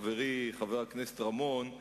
חברי חבר הכנסת רמון,